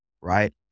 right